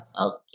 okay